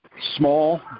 small